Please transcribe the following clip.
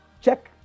Check